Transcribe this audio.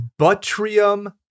Butrium